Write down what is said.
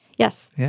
Yes